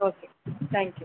okay thank you